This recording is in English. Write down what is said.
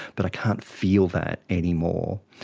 but i can't feel that anymore.